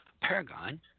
Paragon